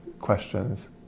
questions